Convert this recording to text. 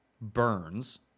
Burns